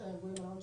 שלוש או ארבע,